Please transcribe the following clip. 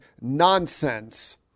nonsense